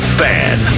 fan